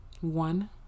one